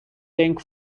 pink